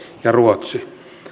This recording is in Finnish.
ja ruotsi